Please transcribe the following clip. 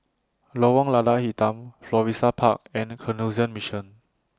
Lorong Lada Hitam Florissa Park and Canossian Mission